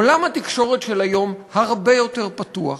עולם התקשורת של היום הרבה יותר פתוח,